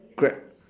grab